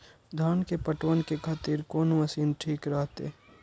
धान के पटवन के खातिर कोन मशीन ठीक रहते?